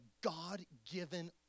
God-given